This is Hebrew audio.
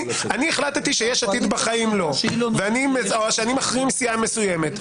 אני החלטתי ש-יש עתיד בחיים לא או שאני מחרים סיעה מסוימת,